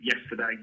yesterday